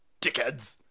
dickheads